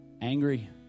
angry